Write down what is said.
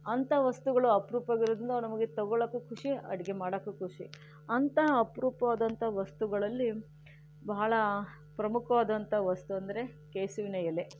ಅಂಥ ವಸ್ತುಗಳು ಅಪರೂಪ ಆಗಿರೋದ್ರಿಂದ ನಮಗೆ ತಗೊಳ್ಳೋಕು ಖುಷಿ ಅಡುಗೆ ಮಾಡೋಕೂ ಖುಷಿ ಅಂಥ ಅಪರೂಪವಾದಂಥ ವಸ್ತುಗಳಲ್ಲಿ ಬಹಳ ಪ್ರಮುಖವಾದಂಥ ವಸ್ತು ಅಂದರೆ ಕೆಸುವಿನ ಎಲೆ